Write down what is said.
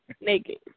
naked